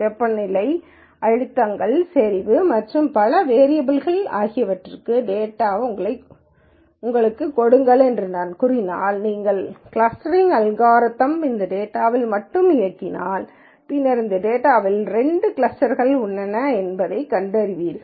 வெப்பநிலை அழுத்தங்கள் செறிவுகள் மற்றும் பல வேரியபல் கள் ஆகியவற்றிற்கான டேட்டாவை உங்களுக்குக் கொடுங்கள் என்று நான் கூறினால் நீங்கள் ஒரு கிளஸ்டரிங் அல்காரிதம்யை இந்தத் டேட்டாவில் மட்டுமே இயக்கினால் பின்னர் இந்தத் டேட்டாவின் இரண்டு கிளஸ்டர்கள் உள்ளன என்று கண்டறிவீர்கள்